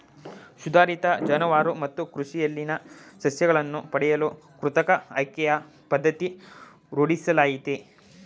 ಸುಧಾರಿತ ಜಾನುವಾರು ಮತ್ತು ಕೃಷಿಯಲ್ಲಿನ ಸಸ್ಯಗಳನ್ನು ಪಡೆಯಲು ಕೃತಕ ಆಯ್ಕೆಯ ಪದ್ಧತಿ ರೂಢಿಯಲ್ಲಿದೆ